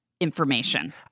Information